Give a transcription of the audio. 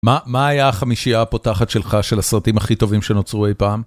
מה היה החמישייה הפותחת שלך של הסרטים הכי טובים שנוצרו אי פעם?